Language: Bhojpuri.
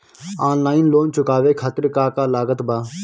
ऑनलाइन लोन चुकावे खातिर का का लागत बा?